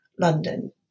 London